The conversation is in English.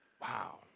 Wow